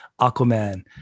Aquaman